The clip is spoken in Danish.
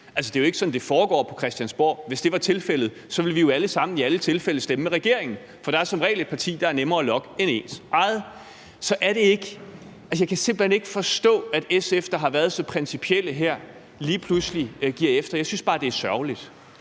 det er jo ikke sådan, det foregår på Christiansborg. Hvis det var tilfældet, ville vi jo alle sammen i alle tilfælde stemme med regeringen, for der er som regel et parti, der er nemmere at lokke end ens eget. Jeg kan simpelt hen ikke forstå, at SF, der har været så principielle her, lige pludselig giver efter. Jeg synes bare, det er sørgeligt.